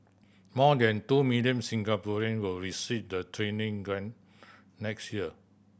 more than two million Singaporean will receive the training grant next year